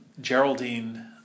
Geraldine